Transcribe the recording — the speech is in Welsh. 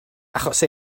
achos